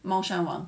猫山王